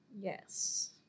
Yes